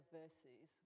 verses